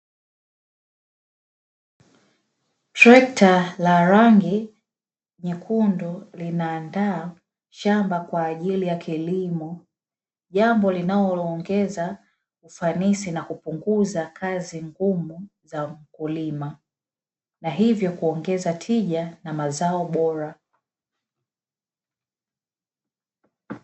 Trekta la rangi nyekundu linaanda shamba kwa ajili ya kilimo, jambo linaloongeza ufanisi na kupunguza kazi ngumu za mkulima, na hivyo kuongeza tija na mazao bora.